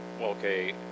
okay